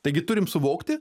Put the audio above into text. taigi turim suvokti